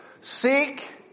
Seek